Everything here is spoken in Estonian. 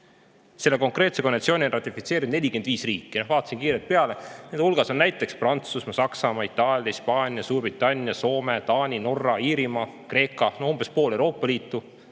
seda. Selle konkreetse konventsiooni on ratifitseerinud 45 riiki ja vaatasin kiirelt peale, nende hulgas on näiteks Prantsusmaa, Saksamaa, Itaalia, Hispaania, Suurbritannia, Soome, Taani, Norra, Iirimaa, Kreeka – umbes pool Euroopa Liitu,